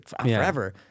forever